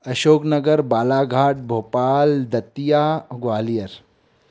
Ashok Nagar Balaghat Bhopal Datia Gwalior